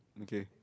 okay